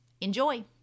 Enjoy